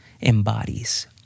embodies